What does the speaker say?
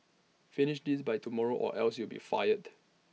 finish this by tomorrow or else you'll be fired